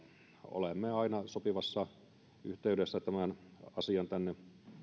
olemme aina sopivassa yhteydessä tämän asian tänne